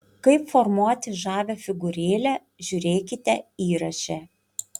kaip formuoti žavią figūrėlę žiūrėkite įraše